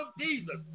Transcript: Jesus